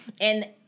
and-